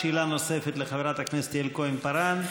שאלה נוספת לחברת הכנסת יעל כהן-פארן.